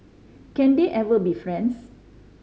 can they ever be friends